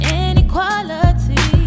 inequality